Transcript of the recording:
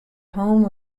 home